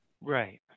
right